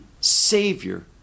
Savior